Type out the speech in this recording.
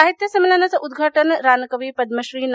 साहित्य संमेलनाचं उदघाटन रानकवी पद्मश्री ना